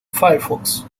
firefox